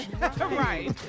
Right